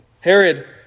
Herod